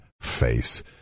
face